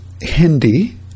hindi